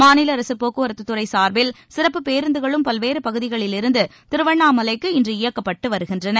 மாநில அரசு போக்குவரத்து துறை சார்பில் சிறப்பு பேருந்துகளும் பல்வேறு பகுதிகளிலிருந்து திருவண்ணாமலைக்கு இன்று இயக்கப்பட்டு வருகின்றன